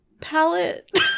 palette